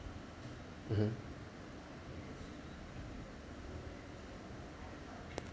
mmhmm